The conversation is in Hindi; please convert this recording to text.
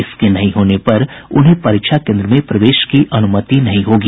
इसके नहीं होने पर उन्हें परीक्षा केन्द्र में प्रवेश की अनुमति नहीं होगी